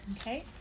Okay